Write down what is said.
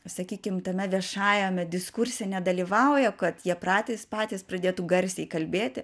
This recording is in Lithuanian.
sakykim tame viešajame diskurse nedalyvauja kad jie pratys patys pradėtų garsiai kalbėti